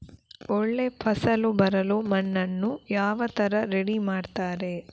ಒಳ್ಳೆ ಫಸಲು ಬರಲು ಮಣ್ಣನ್ನು ಯಾವ ತರ ರೆಡಿ ಮಾಡ್ತಾರೆ?